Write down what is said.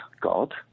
God